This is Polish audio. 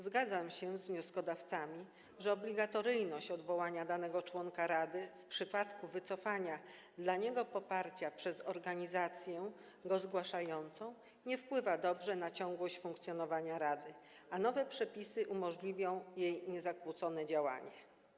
Zgadzam się z wnioskodawcami, że obligatoryjność odwołania danego członka rady w przypadku wycofania dla niego poparcia przez organizację go zgłaszającą nie wpływa dobrze na ciągłość funkcjonowania rady, a nowe przepisy umożliwią jej niezakłócone działanie.